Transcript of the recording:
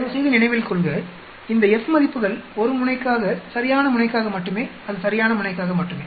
தயவுசெய்து நினைவில் கொள்க இந்த F மதிப்புகள் 1 முனைக்காக சரியான முனைக்காக மட்டுமே அது சரியான முனைக்காக மட்டுமே